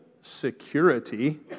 security